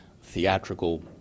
theatrical